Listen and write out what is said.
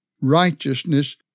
righteousness